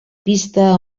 pista